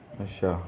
ਅੱਛਾ